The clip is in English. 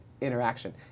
interaction